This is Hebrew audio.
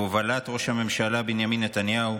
בהובלת ראש הממשלה בנימין נתניהו,